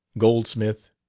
goldsmith,